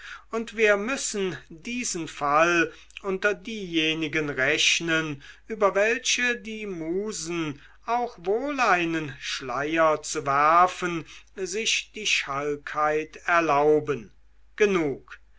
und wir müssen diesen fall unter diejenigen rechnen über welche die musen auch wohl einen schleier zu werfen sich die schalkheit erlauben genug